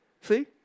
See